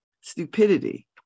stupidity